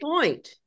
point